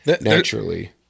naturally